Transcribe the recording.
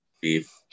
beef